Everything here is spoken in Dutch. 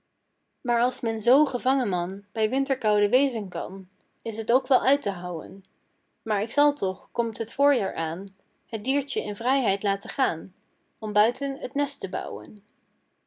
maar als men zoo gevangenman bij winterkoude wezen kan is t ook wel uit te houên maar k zal toch komt het voorjaar aan het diertje in vrijheid laten gaan om buiten t nest te bouwen